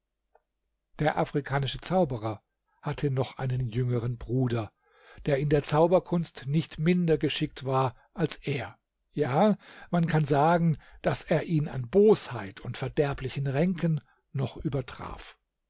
der afrikanische zauberer hatte noch einen jüngeren bruder der in der zauberkunst nicht minder geschickt war als er ja man kann sagen daß er ihn an bosheit und verderblichen ränken noch übertraf